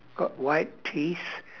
got white teeth